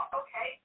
okay